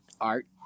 art